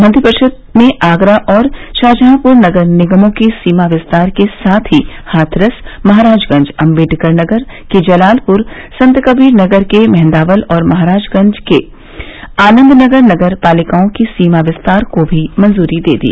मंत्रिपरिषद ने आगरा और शाहजहांपुर नगर निगमों की सीमा विस्तार करने के साथ ही हाथरस महराजगंज अम्बेडकरनगर के जलालपुर संतकबीरनगर के मेंहदावल और महराजगंज के आनंदनगर नगर पालिकाओं की सीमा विस्तार को भी मंजूदी दे दी